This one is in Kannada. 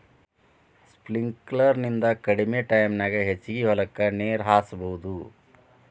ಸ್ಪಿಂಕ್ಲರ್ ನಿಂದ ಕಡಮಿ ಟೈಮನ್ಯಾಗ ಹೆಚಗಿ ಹೊಲಕ್ಕ ನೇರ ಹಾಸಬಹುದು